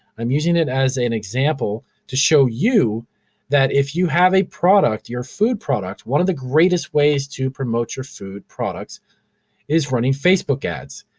i'm using it as an example to show you that if you have a product, your food product, one of the greatest ways to promote your food products is running facebook ads.